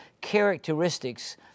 characteristics